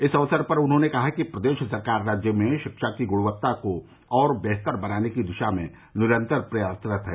इस अवसर पर उन्होंने कहा कि प्रदेश सरकार राज्य में शिक्षा की गुणवत्ता को और बेहतर बनाने की दिशा में निरन्तर प्रयासरत है